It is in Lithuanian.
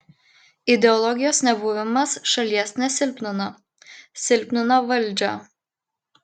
ideologijos nebuvimas šalies nesilpnina silpnina valdžią